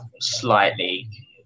slightly